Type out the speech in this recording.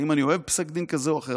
האם אני אוהב פסק דין כזה או אחר.